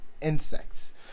insects